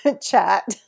chat